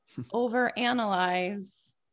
overanalyze